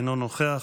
אינו נוכח,